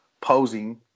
posing